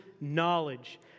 knowledge